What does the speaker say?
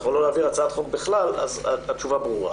או לא להעביר הצעת חוק בכלל אז התשובה ברורה.